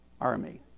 army